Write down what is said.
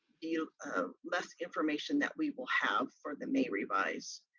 be ah ah less information that we will have for the may revise.